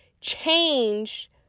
change